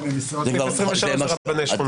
סעיף 27 זה רבני שכונות.